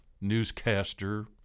newscaster